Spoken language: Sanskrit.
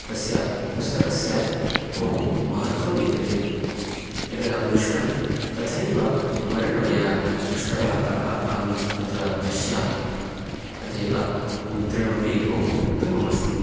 तस्य पुस्तकस्य बहु महत्त्वं विद्यते यदहं दृष्टं तथैव वर्णमयपृष्टभागाः अहं तत्र पश्यामि तथैव मुद्रणमपि बहु उत्तममस्ति